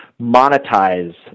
monetize